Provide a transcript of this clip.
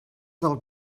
del